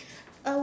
uh